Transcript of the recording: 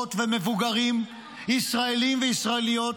וצעירות ומבוגרים ישראלים וישראליות